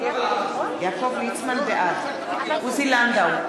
בעד עוזי לנדאו,